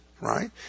right